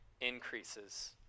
increases